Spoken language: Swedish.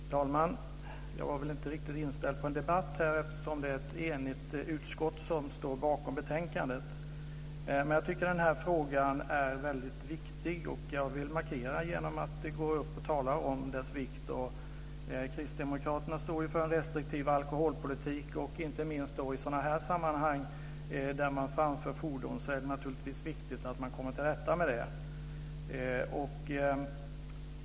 Fru talman! Jag var väl inte riktigt inställd på en debatt, eftersom det är ett enigt utskott som står bakom betänkandet. Men jag tycker att den här frågan är väldigt viktig, och jag vill markera genom att gå upp och tala om dess vikt. Kristdemokraterna står ju för en restriktiv alkoholpolitik. Inte minst i sådana här sammanhang, där man framför fordon, är det naturligtvis viktigt att man kommer till rätta med det här.